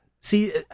See